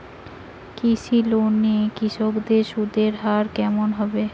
কৃষি লোন এ কৃষকদের সুদের হার কেমন হবে?